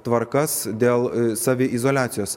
tvarkas dėl saviizoliacijos